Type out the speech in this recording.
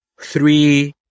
three